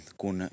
kun